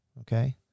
Okay